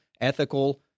ethical